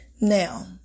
Now